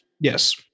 Yes